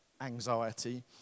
anxiety